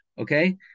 okay